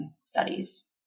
studies